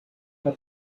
has